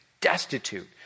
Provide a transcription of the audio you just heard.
destitute